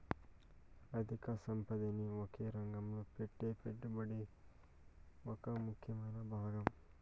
అధిక సంపదని ఒకే రంగంలో పెట్టే పెట్టుబడి ఒక ముఖ్యమైన భాగం